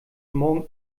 morgen